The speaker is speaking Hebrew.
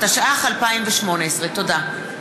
התשע"ח 2018. תודה.